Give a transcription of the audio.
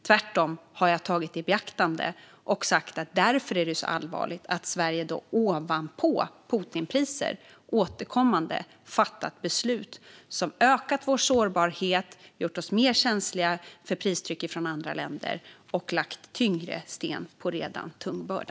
Tvärtom har jag tagit detta i beaktande och sagt att det just därför är allvarligt att vi i Sverige ovanpå Putinpriser återkommande har fattat beslut som ökat vår sårbarhet, gjort oss mer känsliga för pristryck från andra länder och lagt tyngre sten på redan tung börda.